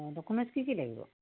অঁ ডকুমেণ্টছ কি কি লাগিব